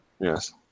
Yes